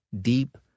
deep